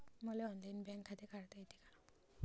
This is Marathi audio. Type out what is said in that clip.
मले ऑनलाईन बँक खाते काढता येते का?